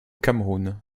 cameroun